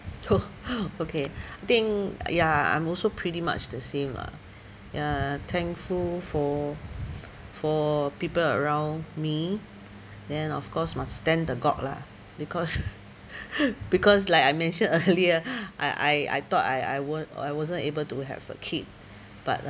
[ho] okay I think ya I I'm also pretty much the same lah uh thankful for for people around me then of course must thank the god lah because because like I mentioned earlier I I I thought I I wa~ I wasn't able to have a kid but